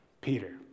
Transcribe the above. Peter